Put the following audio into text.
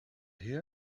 here